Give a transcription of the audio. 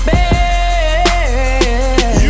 Bad